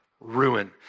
ruin